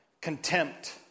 contempt